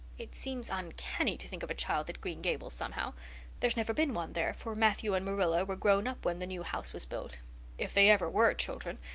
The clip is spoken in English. it seems uncanny to think of a child at green gables somehow there's never been one there, for matthew and marilla were grown up when the new house was built if they ever were children,